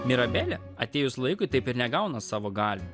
mirabelė atėjus laikui taip ir negauna savo galių